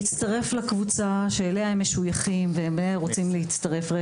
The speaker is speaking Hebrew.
להצטרף לקבוצה שאליה הם רוצים להצטרף.